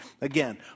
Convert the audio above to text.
Again